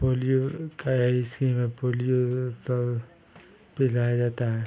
polio का यही scheme है पोलियो तो पिलाया जाता है